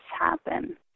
happen